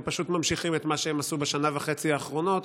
הם פשוט ממשיכים את מה שהם עשו בשנה וחצי האחרונות.